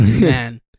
Man